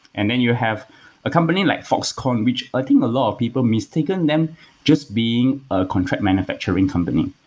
and then you have a company like foxconn, which i think a lot of people mistaken them just being a contract manufacturing company.